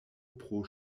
pro